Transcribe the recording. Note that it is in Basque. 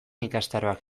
ikastaroak